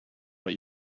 but